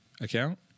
account